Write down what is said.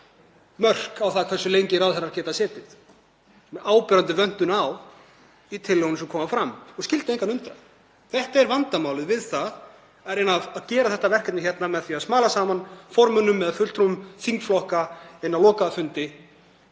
mörk á það hversu lengi ráðherrar geta setið, það er áberandi vöntun á því í tillögunum sem koma fram. Og skyldi engan undra. Þetta er vandamálið við að reyna að vinna þetta verkefni með því að smala saman formönnum eða fulltrúum þingflokka inn á lokaða fundi